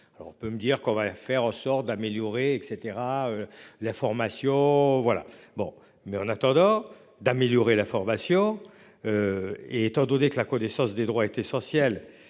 peut me dire qu'on va faire en sorte d'améliorer et cetera. La formation voilà bon mais en attendant d'améliorer la formation. Et étant donné que la connaissance des droits est essentielle,